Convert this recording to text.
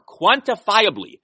quantifiably